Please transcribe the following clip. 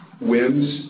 whims